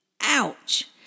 Ouch